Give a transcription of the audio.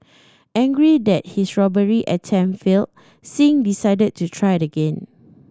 angry that his robbery attempt failed Singh decided to try again